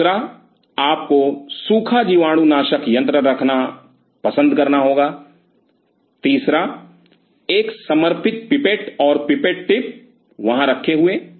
दूसरा आपको सूखा जीवाणुनाशक यंत्र रखना पसंद करना होगा तीसरा एक समर्पित पिपेट और पिपेट टिप वहाँ रखे हुए